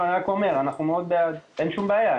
אין שום בעיה,